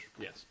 Yes